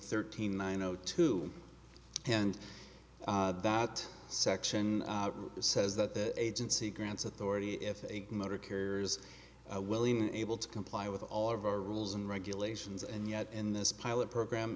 thirteen nine zero two and that section says that the agency grants authority if a motor carriers willing and able to comply with all of our rules and regulations and yet in this pilot program